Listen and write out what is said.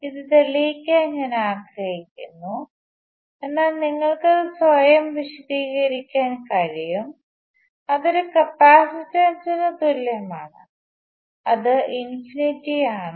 ഇത് തെളിയിക്കാൻ ഞാൻ ആഗ്രഹിക്കുന്നു എന്നാൽ നിങ്ങൾക്കത് സ്വയം വിശദീകരിക്കാൻ കഴിയും അത് ഒരു കപ്പാസിറ്റൻസിന് തുല്യമാണ് അത് ഇൻഫിനിറ്റി ആണ്